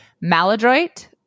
Maladroit